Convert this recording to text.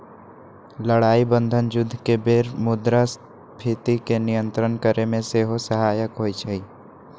लड़ाइ बन्धन जुद्ध के बेर मुद्रास्फीति के नियंत्रित करेमे सेहो सहायक होइ छइ